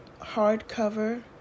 hardcover